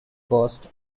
coast